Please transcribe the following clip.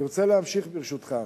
אני רוצה להמשיך, ברשותך.